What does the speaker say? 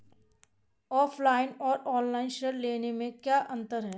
Offline और online ऋण लेने में क्या अंतर है?